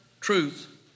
truth